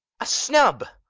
a snub!